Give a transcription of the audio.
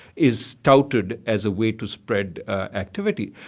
is touted as a way to spread activity.